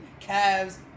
Cavs